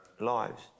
lives